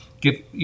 give